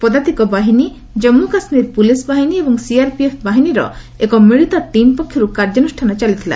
ପଦାତିକ ବାହିନୀ କଜ୍ମୁ କାଶ୍ମୀର ପୁଲିସ୍ ବାହିନୀ ଏବଂ ସିଆର୍ପିଏଫ୍ ବାହନିନୀର ଏକ ମିଳିତ ଟିମ୍ ପକ୍ଷରୁ କାର୍ଯ୍ୟାନୁଷ୍ଠାନ ଚାଲିଥିଲା